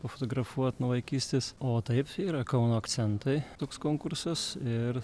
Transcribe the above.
pafotografuot nuo vaikystės o taip yra kauno akcentai toks konkursas ir